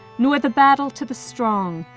nor the battle to the strong,